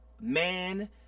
man